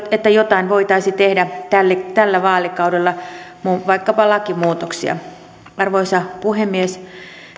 että jotain voitaisiin tehdä tällä vaalikaudella näiden pikaluottoyritysten korkokiskonnan suitsimiseksi vaikkapa lakimuutoksia arvoisa puhemies